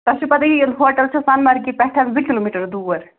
تۄہہِ چھُو پَتاہ یہِ ہوٹَل چھُ سۄنہٕ مَرگہِ پیٚٹھٕ زٕ کِلو میٖٹَر دوٗر